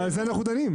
אבל על זה אנחנו דנים.